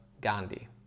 Gandhi